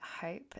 hope